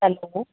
hello